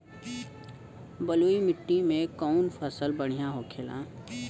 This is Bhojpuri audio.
बलुई मिट्टी में कौन फसल बढ़ियां होखे ला?